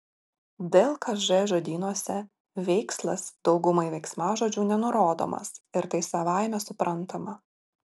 dlkž žodynuose veikslas daugumai veiksmažodžių nenurodomas ir tai savaime suprantama